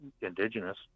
indigenous